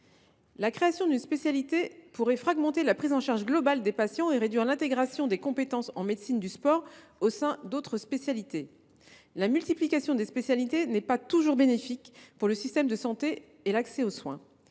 La création d’une spécialité pourrait fragmenter la prise en charge globale des patients et réduire l’intégration des compétences en médecine du sport au sein d’autres spécialités. En outre, la multiplication des spécialités n’est pas toujours bénéfique pour le système de santé et l’accès aux soins.